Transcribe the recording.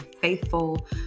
faithful